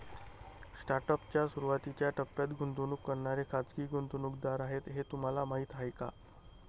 Startup च्या सुरुवातीच्या टप्प्यात गुंतवणूक करणारे खाजगी गुंतवणूकदार आहेत हे तुम्हाला माहीत आहे का?